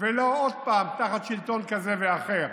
ולא, עוד פעם, תחת שלטון כזה ואחר.